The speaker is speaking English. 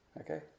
Okay